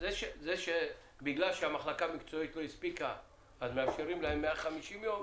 זה שבגלל שהמחלקה המקצועית לא הספיקה מאפשרים להם 150 יום